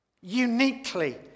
Uniquely